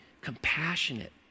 compassionate